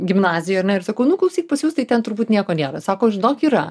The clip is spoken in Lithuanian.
gimnazijoj na ir sakau nu klausyk pas jus tai ten turbūt nieko nėra sako žinok yra